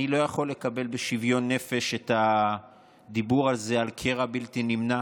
אני לא יכול לקבל בשוויון נפש את הדיבור הזה על קרע בלתי נמנע.